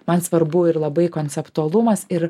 man svarbu ir labai konceptualumas ir